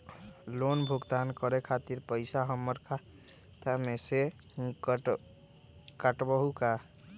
Loan भुगतान करे के खातिर पैसा हमर खाता में से ही काटबहु का?